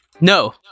No